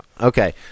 Okay